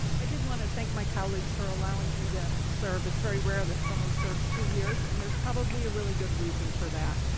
i did wanna thank my colleagues for allowing me to serve. it's very rare that someone serves two years and there's probably a really good reason for that.